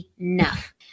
enough